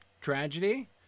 tragedy